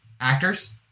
actors